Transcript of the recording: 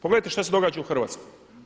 Pogledajte što se događa u Hrvatskoj.